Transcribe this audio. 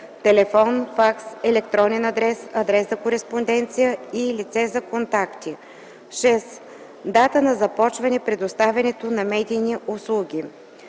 телефон, факс, електронен адрес, адрес за кореспонденция и лице за контакти; 6. дата на започване предоставянето на медийни услуги.